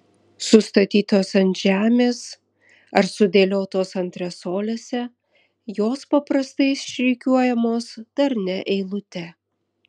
sustatytos ant žemės ar sudėliotos antresolėse jos paprastai išrikiuojamos darnia eilute